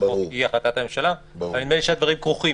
החוק היא החלטת הממשלה נדמה ל שהדברים כרוכים.